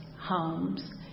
homes